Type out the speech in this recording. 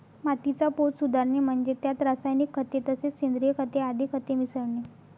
मातीचा पोत सुधारणे म्हणजे त्यात रासायनिक खते तसेच सेंद्रिय खते आदी खते मिसळणे